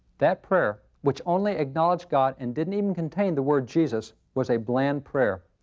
that prayer, which only acknowledged god and didn't even contain the word jesus was a bland prayer.